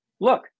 Look